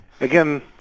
Again